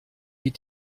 die